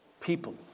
people